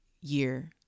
year